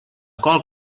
qual